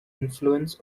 influence